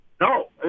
no